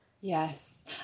Yes